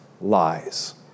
lies